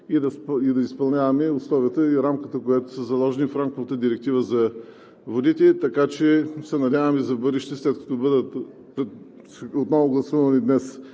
и да изпълняваме условията и рамката, които са заложени в рамковата директива за водите, така че се надяваме в бъдеще, след като бъдат отново гласувани днес